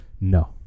No